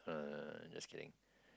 uh just kidding